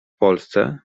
polsce